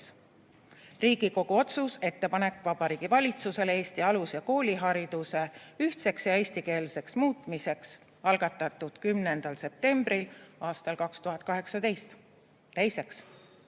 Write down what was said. Riigikogu otsus "Ettepanek Vabariigi Valitsusele Eesti alus- ja koolihariduse ühtseks ja eestikeelseks muutmiseks", algatatud 10. septembril aastal 2018. Otsus